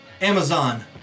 Amazon